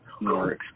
more